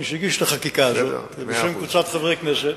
שהגיש את החקיקה הזאת בשם קבוצת חברי הכנסת.